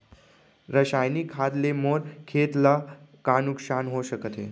रसायनिक खाद ले मोर खेत ला का नुकसान हो सकत हे?